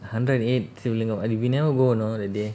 hundred and eight Siva lingam lingam we never go you know that day